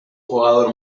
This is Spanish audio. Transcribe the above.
jugador